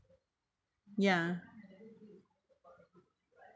ya